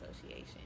Association